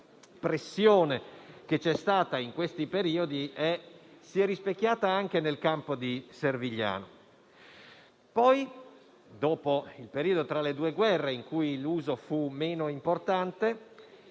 la pressione che c'è stata in quei periodi si è rispecchiata anche nel campo di Servigliano. Dopo il periodo tra le due guerre, in cui l'uso fu meno importante,